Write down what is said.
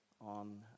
on